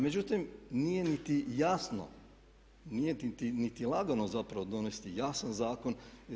Međutim, nije niti jasno, nije niti lagano zapravo donesti jasan zakon.